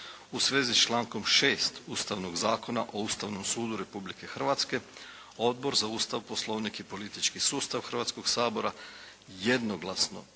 u svezi s člankom 6. Ustavnog zakona o Ustavnom sudu Republike Hrvatske, Odbor za Ustav, Poslovnik i politički sustav Hrvatskog sabora jednoglasno